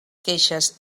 queixes